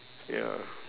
ya